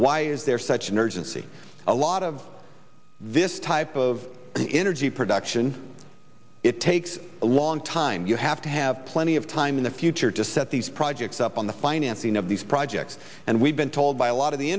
why is there such an urgency a lot of this type of energy production it takes a long time you have to have plenty of time in the future to set these projects up on the financing of these projects and we've been told by a lot of the